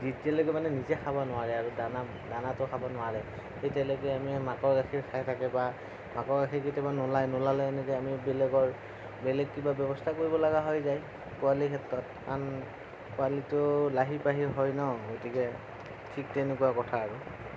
যেতিয়ালৈকে মানে নিজে খাব নোৱাৰে আৰু দানা দানাটো খাব নোৱাৰে তেতিয়ালৈকে আমি মাকৰ গাখীৰ খাই থাকে বা মাকৰ গাখীৰ কেতিয়াবা নোলাই নোলালে এনেকৈ আমি বেলেগৰ বেলেগ কিবা ব্যৱস্থা কৰিবলগীয়া হৈ যায় পোৱালিৰ ক্ষেত্ৰত কাৰণ পোৱালিটো লাহি পাহি হয় ন গতিকে ঠিক তেনেকুৱা কথা আৰু